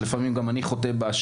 שלפעמים גם אני חוטא בה,